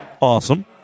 Awesome